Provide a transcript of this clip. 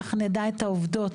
כך נדע את העובדות.